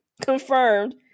confirmed